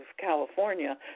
California